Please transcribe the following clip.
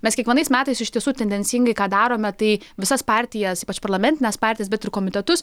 mes kiekvienais metais iš tiesų tendencingai ką darome tai visas partijas ypač parlamentines partijas bet ir komitetus